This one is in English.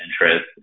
interest